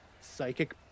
psychic